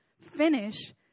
finish